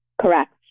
Correct